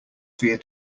fear